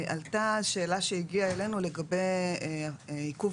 עלתה השאלה שהגיעה אלינו לגבי עיכוב